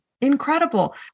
Incredible